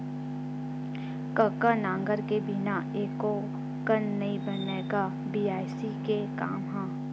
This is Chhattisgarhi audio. कका नांगर के बिना एको कन नइ बनय गा बियासी के काम ह?